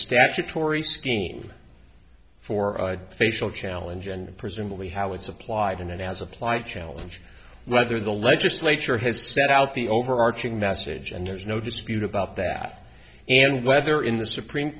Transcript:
statutory scheme for facial challenge and presumably how it's applied in an as applied challenge whether the legislature has set out the overarching message and there's no dispute about that and whether in the supreme